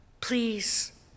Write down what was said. Please